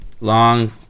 Long